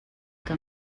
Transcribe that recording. que